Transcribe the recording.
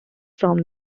from